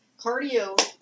cardio